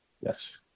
Yes